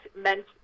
meant